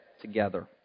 together